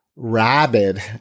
rabid